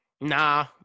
Nah